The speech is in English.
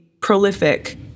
prolific